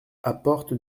apporte